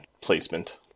placement